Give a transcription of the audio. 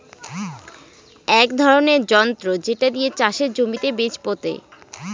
এক ধরনের যন্ত্র যেটা দিয়ে চাষের জমিতে বীজ পোতে